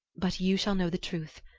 but you shall know the truth.